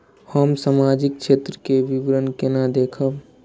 हम सामाजिक क्षेत्र के विवरण केना देखब?